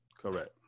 Correct